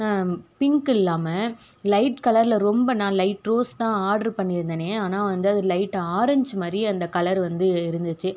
பிங்கில்லாம light கலரில் ரொம்ப நான் லைட் ரோஸ் தான் ஆட்ரு பண்ணியிருந்தனே ஆனால் வந்து அது லைட் ஆரஞ்ச் மாதிரி அந்த கலர் வந்து இருந்துச்சு